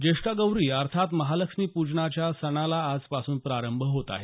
ज्येष्ठा गौरी अर्थात महालक्ष्मी पूजनाच्या सणाला आजपासून प्रारंभ होत आहे